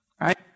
Right